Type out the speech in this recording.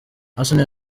arsenal